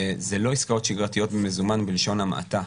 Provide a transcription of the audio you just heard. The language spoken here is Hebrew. אלה לא עסקאות שגרתיות במזומן, בלשון המעטה.